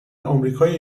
آمریکای